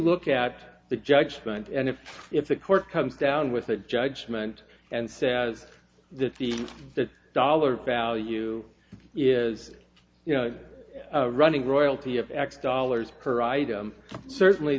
look at the judgment and if if a court comes down with a judgment and says that the the dollar value is you know running royalty of x dollars per item certainly